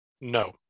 No